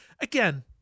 Again